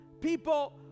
People